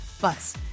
bus